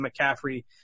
McCaffrey